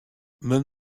men